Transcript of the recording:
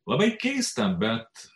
labai keista bet